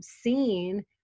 seen